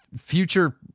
future